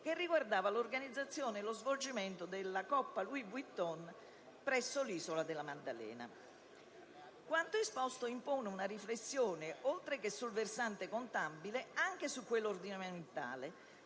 che riguardava l'organizzazione e lo svolgimento della coppa «Louis Vuitton» presso l'isola della Maddalena. Quanto esposto impone una riflessione oltre che sul versante contabile, anche su quello ordinamentale,